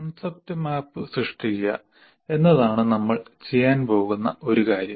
concept map സൃഷ്ടിക്കുക എന്നതാണ് നമ്മൾ ചെയ്യാൻ പോകുന്ന ഒരു കാര്യം